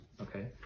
okay